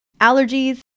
allergies